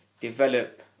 develop